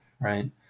right